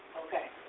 Okay